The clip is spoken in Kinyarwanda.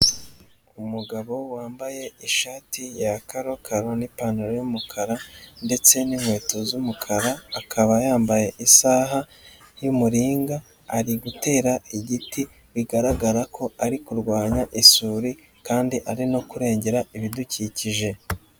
Umugabo wambaye ishati ya karokaro n'ipantaro y'umukara ndetse n'inkweto z'umukara, akaba yambaye isaha y'umuringa, ari gutera igiti bigaragara ko ari kurwanya isuri kandi ari no kurengera ibidukikije.